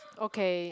okay